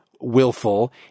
willful